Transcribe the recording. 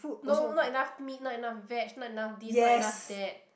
no not enough meat not enough veg not enough this not enough that